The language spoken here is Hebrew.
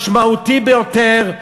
משמעותי ביותר,